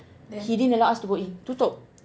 he didn't allow us to go in tutup